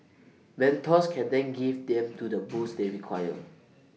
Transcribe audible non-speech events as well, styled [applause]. [noise] mentors can then give them to the boost they require